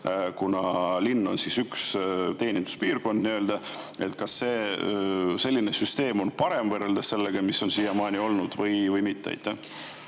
kuna linn on üks nii-öelda teeninduspiirkond. Kas selline süsteem on parem võrreldes sellega, mis on siiamaani olnud, või mitte?